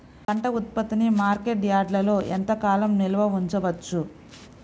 పంట ఉత్పత్తిని మార్కెట్ యార్డ్లలో ఎంతకాలం నిల్వ ఉంచవచ్చు?